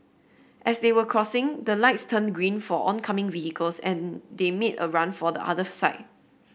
as they were crossing the lights turned green for oncoming vehicles and they made a run for the other side